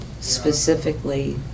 specifically